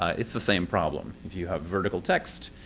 it's the same problem. if you have vertical text,